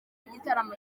igitaramo